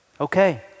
Okay